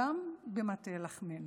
גם במטה לחמנו.